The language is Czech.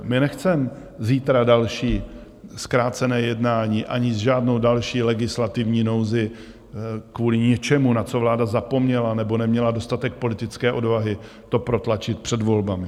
My nechceme zítra další zkrácené jednání ani žádnou další legislativní nouzi kvůli něčemu, na co vláda zapomněla, nebo neměla dostatek politické odvahy to protlačit před volbami.